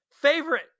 favorite